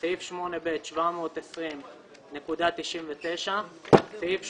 סעיף 8(ב) 720.99 סעיף 8(ג)